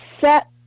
set